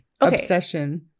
obsession